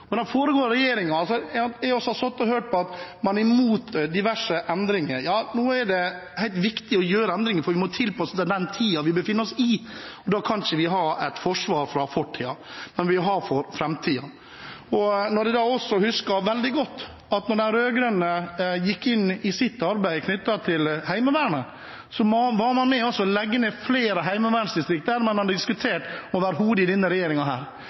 men det er viktig å gjøre endringer nå, for vi må tilpasse oss til den tiden vi befinner oss i, og da kan vi ikke ha et forsvar for fortiden, vi må ha et forsvar for framtiden. Jeg husker veldig godt at de rød-grønne i sitt arbeid knyttet til Heimevernet var med på å legge ned flere heimevernsdistrikt – flere enn man overhodet har diskutert i denne